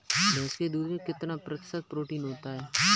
भैंस के दूध में कितना प्रतिशत प्रोटीन होता है?